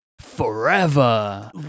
forever